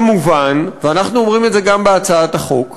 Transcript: כמובן, ואנחנו אומרים את זה גם בהצעת החוק,